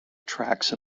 tracks